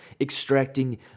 extracting